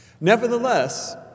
Nevertheless